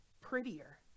prettier